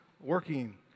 working